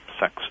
Sex